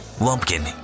Lumpkin